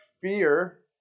fear